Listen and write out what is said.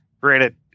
Granted